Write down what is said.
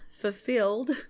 fulfilled